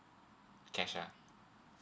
cash ah